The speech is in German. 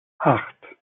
acht